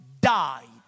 died